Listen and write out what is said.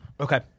Okay